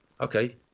Okay